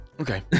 Okay